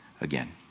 again